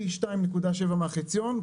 פי 2.7 מהחציון,